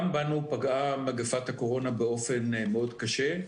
גם בנו פגעה מגפת הקורונה באופן מאוד קשה.